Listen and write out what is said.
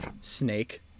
Snake